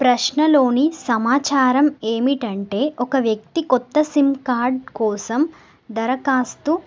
ప్రశ్నలోని సమాచారం ఏమిటంటే ఒక వ్యక్తి కొత్త సిమ్ కార్డ్ కోసం దరఖాస్తు